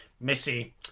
Missy